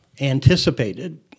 anticipated